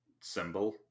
symbol